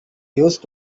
used